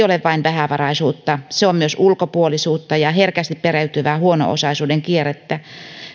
ole vain vähävaraisuutta se on myös ulkopuolisuutta ja herkästi periytyvää huono osaisuuden kierrettä